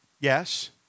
Yes